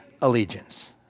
allegiance